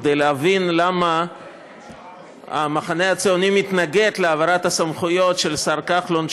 כדי להבין למה המחנה הציוני מתנגד להעברת הסמכויות של השר כחלון,